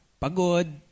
Pagod